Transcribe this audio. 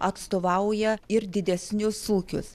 atstovauja ir didesnius ūkius